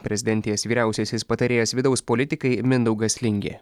prezidentės vyriausiasis patarėjas vidaus politikai mindaugas lingė